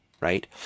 right